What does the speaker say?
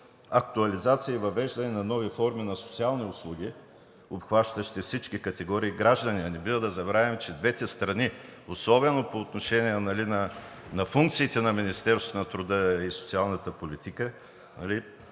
актуализация и въвеждане на нови форми на социални услуги, обхващащи всички категории граждани. Не бива да забравяме, че двете страни – особено по отношение на функциите на Министерството на труда и социалната политика,